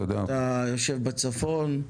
אתה יושב בצפון,